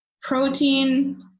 protein